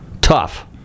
tough